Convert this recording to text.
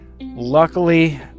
Luckily